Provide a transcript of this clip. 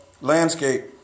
landscape